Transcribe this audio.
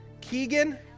Keegan